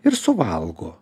ir suvalgo